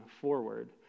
forward